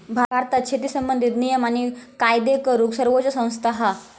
भारतात शेती संबंधित नियम आणि कायदे करूक सर्वोच्च संस्था हा